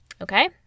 okay